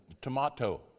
tomato